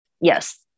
yes